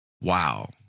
Wow